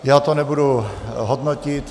Já to nebudu hodnotit.